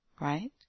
right